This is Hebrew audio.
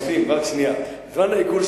ארוך יותר מזמן העיכול,